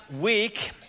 week